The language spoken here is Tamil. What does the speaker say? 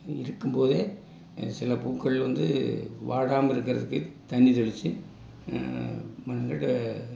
இருக்கும்போதே சில பூக்கள் வந்து வாடாமல் இருக்கிறதுக்கு தண்ணி தெளித்து மண்